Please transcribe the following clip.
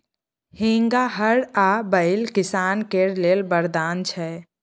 हेंगा, हर आ बैल किसान केर लेल बरदान छै